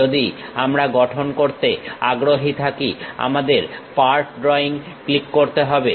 যদি আমরা গঠন করতে আগ্রহী থাকি আমাদের পার্ট ড্রয়িং ক্লিক করতে হবে